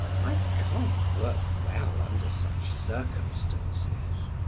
i can't work well under such circumstances.